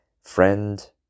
friend